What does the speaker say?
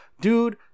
Dude